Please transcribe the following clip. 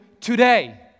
today